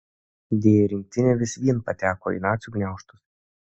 deja rinktinė vis vien pateko į nacių gniaužtus